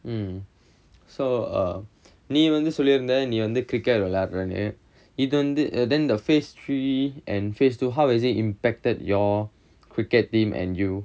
um so err நீ வந்து சொல்லி இருந்த நீ வந்து:nee vanthu solli iruntha nee vanthu cricket விளையாடுறேனு இது வந்து:vilaiyaaduraenu ithu vanthu then the phase three and phase two how does it impacted your cricket team and you